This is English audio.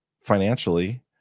financially